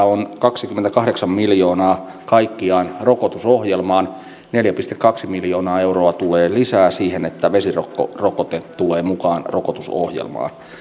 on kaksikymmentäkahdeksan miljoonaa kaikkiaan rokotusohjelmaan neljä pilkku kaksi miljoonaa euroa tulee lisää sitä varten että vesirokkorokote tulee mukaan rokotusohjelmaan